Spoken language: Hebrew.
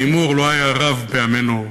ההימור לא היה רב בימינו,